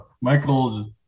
Michael